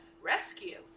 rescue